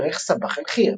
ובירך "סבאח אל-חיר",